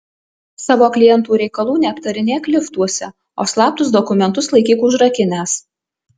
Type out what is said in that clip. savo klientų reikalų neaptarinėk liftuose o slaptus dokumentus laikyk užrakinęs